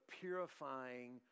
purifying